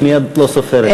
את מי את לא סופרת?